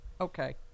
okay